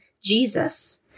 Jesus